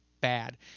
bad